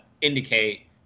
indicate